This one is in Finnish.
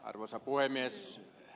arvoisa puhemies